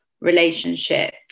relationship